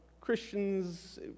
Christians